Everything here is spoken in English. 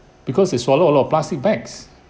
because they swallow a lot of plastic bags